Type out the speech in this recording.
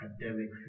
academic